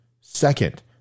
Second